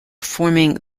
forming